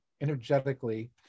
energetically